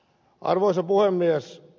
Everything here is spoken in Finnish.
arvoisa puhemies